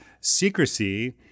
secrecy